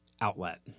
outlet